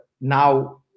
now